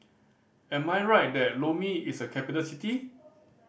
am I right that Lome is a capital city